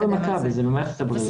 זה לא במכבי, זה במערכת הבריאות.